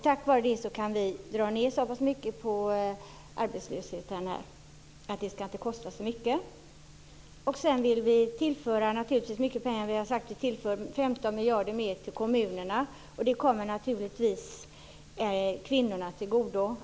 Tack vare detta kan vi dra ned så pass mycket på kostnaderna för arbetslösheten. Vi vill också tillföra mycket pengar till kommunerna, nämligen 15 miljarder mer, och detta kommer naturligtvis kvinnorna till godo.